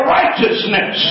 righteousness